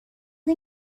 این